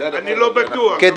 אני לא בטוח.